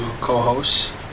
co-hosts